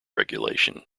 regulation